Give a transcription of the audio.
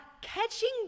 Catching